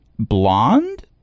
Blonde